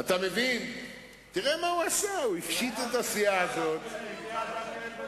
גם הצביעו למפלגת השלטון ולמפלגות אחרות בשלטון,